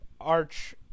arch